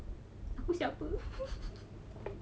aku siapa